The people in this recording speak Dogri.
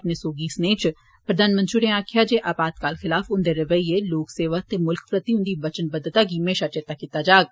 अपने सौगी स्नेह च प्रधानमंत्री होरें आक्खेआ जे आपातकाल खिलाफ उन्दे रवैय्ये लोक सेवा ते मुल्ख प्रति उन्दी वचनबद्दता गी म्हेशां चेत्ता कीता जाग